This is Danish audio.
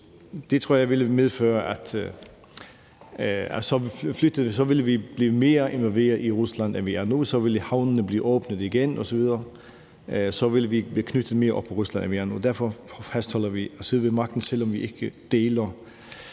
Det tror jeg ville medføre, at så ville vi blive mere involveret i Rusland, end vi er nu. Så ville havnene blive åbnet igen osv. Så ville vi blive knyttet mere op på Rusland, end vi er nu. Derfor fastholder vi at sidde ved magten, selv om vi ikke deler